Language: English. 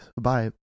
Bye